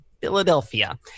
Philadelphia